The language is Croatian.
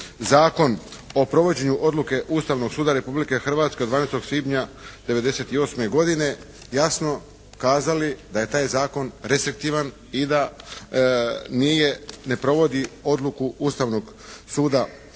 Zakon o provođenju Odluke Ustavnog suda Republike Hrvatske od 12. svibnja 1998.godine jasno kazali da je taj zakon restriktivan i da nije, ne provodi odluku Ustavnog suda Republike